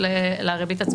עם זיקה לריבית,